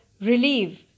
relieve